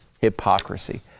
hypocrisy